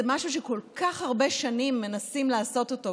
זה משהו שכל כך הרבה שנים מנסים לעשות אותו,